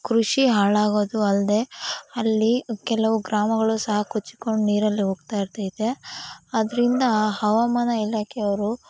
ಕೃಷಿ ಹಾಳಾಗೋದು ಅಲ್ಲದೆ ಅಲ್ಲಿ ಕೆಲವು ಗ್ರಾಮಗಳು ಸಹ ಕೊಚ್ಕೊಂಡು ನೀರಲ್ಲಿ ಹೋಗ್ತಾ ಇರ್ತೈತೆ ಅದರಿಂದ ಹವಾಮಾನ ಇಲಾಖೆಯವರು